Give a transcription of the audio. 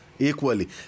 Equally